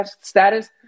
status